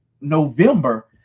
November